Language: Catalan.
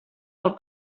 del